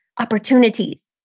opportunities